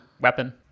weapon